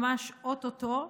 ממש או-טו-טו,